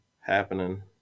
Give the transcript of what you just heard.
happening